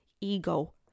ego